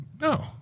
No